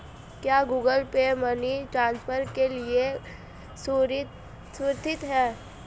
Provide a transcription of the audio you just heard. क्या Google Pay money transfer के लिए सुरक्षित है?